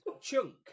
Chunk